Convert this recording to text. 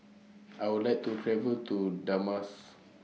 I Would like to travel to